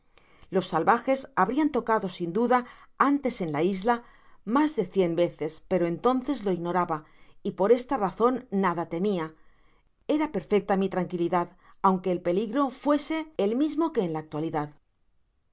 los salvajes habrian tocado sin duda antes en la isla mas de cien veces pero entonces lo ignoraba y por esta razoa nada temia era perfecta mi traoquidad aunque el peligro fuese el mismo que en la actualidad